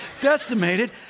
decimated